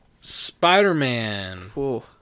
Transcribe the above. Spider-Man